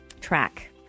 track